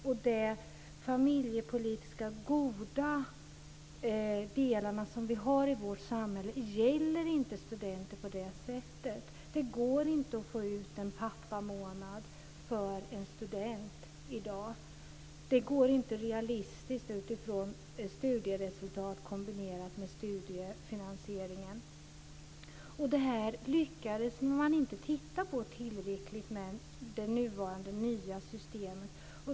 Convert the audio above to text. De familjepolitiskt goda delarna som vi har vi vårt samhälle gäller inte studenter på det sättet. Det går inte att få ut en pappamånad för en student i dag. Det är inte realistiskt utifrån studieresultat kombinerat med studiefinansieringen. Det här lyckades man inte titta på tillräckligt i det nuvarande nya systemet.